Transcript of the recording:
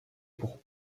pour